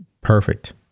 perfect